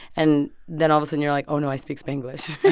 and then all of a sudden, you're like, oh, no, i speak spanglish